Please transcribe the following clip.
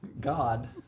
God